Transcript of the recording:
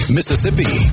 Mississippi